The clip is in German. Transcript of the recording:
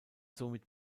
somit